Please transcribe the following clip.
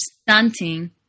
stunting